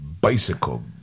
bicycle